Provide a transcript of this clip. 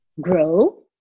grow